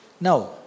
now